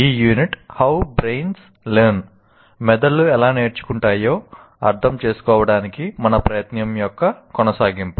ఈ unit how brains learn మెదళ్ళు ఎలా నేర్చుకుంటాయో అర్థం చేసుకోవడానికి మన ప్రయత్నం యొక్క కొనసాగింపు